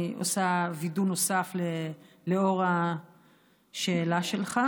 אני עושה וידוא נוסף לאור השאלה שלך